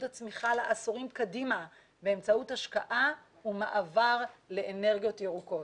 הצמיחה לעשורים קדימה באמצעות השקעה ומעבר לאנרגיות ירוקות.